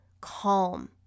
calm